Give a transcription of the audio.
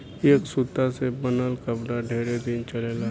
ए सूता से बनल कपड़ा ढेरे दिन चलेला